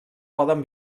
poden